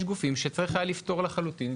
יש גופים שצריך היה לפטור לחלוטין,